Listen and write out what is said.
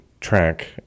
track